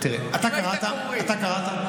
אתה קראת?